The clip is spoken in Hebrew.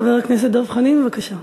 חבר הכנסת דב חנין, בבקשה.